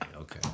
okay